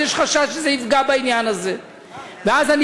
ואז יש חשש שזה יפגע בעניין הזה.